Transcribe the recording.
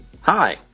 hi